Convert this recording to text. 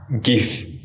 give